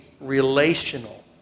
relational